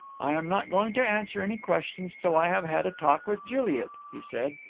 i am not going to answer any questions till i have had a talk with juliet he said.